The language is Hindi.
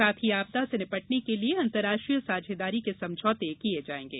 साथ ही आपदा से निपटने के लिये अंतरराष्ट्रीय साझेदारी के समझौते किये जाएंगे